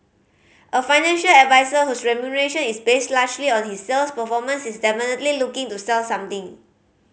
a financial advisor whose remuneration is based largely on his sales performance is definitely looking to sell something